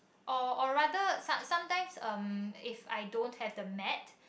or or rather some sometimes um if I don't have the mat